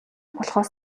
болохоос